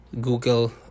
google